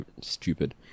stupid